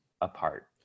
apart